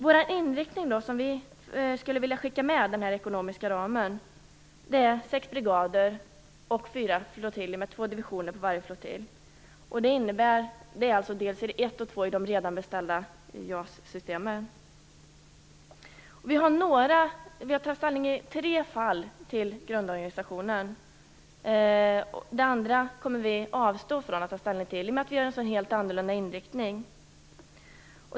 Vår inriktning, som vi skulle vilja skicka med den här ekonomiska ramen, är sex brigader och fyra flottiljer, med två divisioner på varje flottilj. Det är delserie 1 och 2 i de redan beställda JAS-systemen. Vi har tagit ställning till grundorganisationen i tre fall. Det övriga kommer vi att avstå från att ta ställning till i och med att vi har en sådan helt annorlunda inriktning.